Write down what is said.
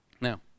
Now